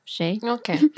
Okay